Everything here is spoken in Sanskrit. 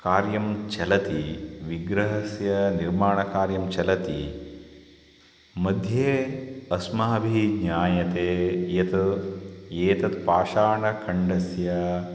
कार्यं चलति विग्रहस्य निर्माणकार्यं चलति मध्ये अस्माभिः ज्ञायते यत् एतत् पाषाणखण्डस्य